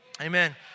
Amen